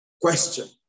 question